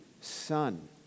son